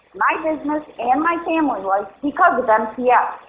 my business, and my family life because um so yeah